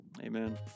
Amen